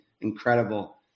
incredible